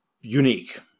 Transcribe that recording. unique